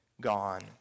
gone